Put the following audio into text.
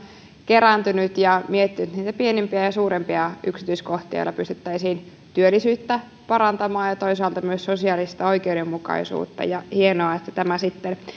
kerääntynyt ja miettinyt pienempiä ja ja suurempia yksityiskohtia joilla pystyttäisiin työllisyyttä parantamaan ja toisaalta myös sosiaalista oikeudenmukaisuutta ja hienoa että tämä asia sitten